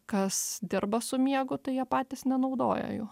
kas dirba su miegu tai jie patys nenaudoja jų